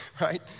right